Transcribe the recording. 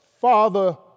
father